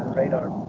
radar.